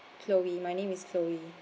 chloe my name is chloe